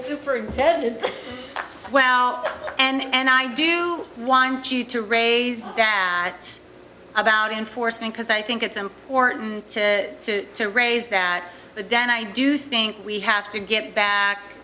superintendent well and i do want you to raise that about enforcement because i think it's important to to to raise that the dan i do think we have to get back